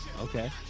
Okay